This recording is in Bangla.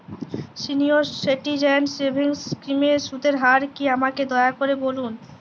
সিনিয়র সিটিজেন সেভিংস স্কিমের সুদের হার কী আমাকে দয়া করে বলুন